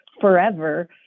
forever